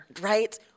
Right